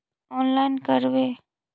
Online करवे?